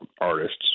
artists